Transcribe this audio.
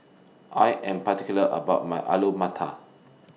I Am particular about My Alu Matar